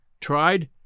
tried